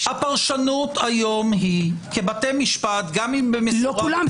הפרשנות היום היא שבתי משפט- -- לא כולם.